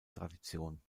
tradition